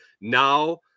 now